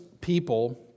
people